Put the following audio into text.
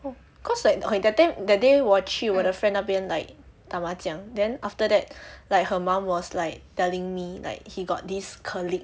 cause like okay that time that day 我去我的 friend 那边 like 打麻将 then after that like her mum was like telling me like he got this colleague